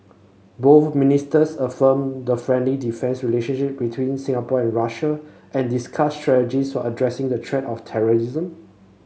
both ministers affirmed the friendly defence relationship between Singapore and Russia and discussed strategies for addressing the threat of terrorism